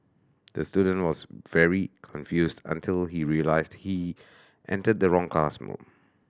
the student was very confused until he realised he entered the wrong classroom